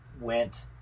went